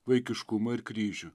vaikiškumą ir kryžių